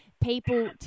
people